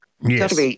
Yes